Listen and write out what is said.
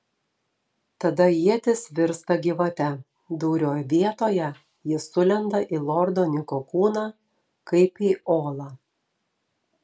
tada ietis virsta gyvate dūrio vietoje ji sulenda į lordo niko kūną kaip į olą